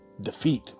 defeat